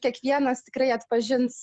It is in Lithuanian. kiekvienas tikrai atpažins